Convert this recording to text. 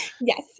Yes